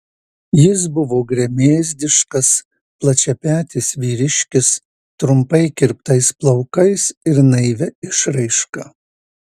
jis buvo gremėzdiškas plačiapetis vyriškis trumpai kirptais plaukais ir naivia išraiška